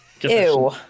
ew